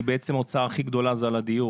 הוצאה הכי גדולה זה על הדיור,